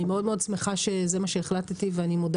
אני מאוד מאוד שמחה שזה מה שהחלטתי ואני מודה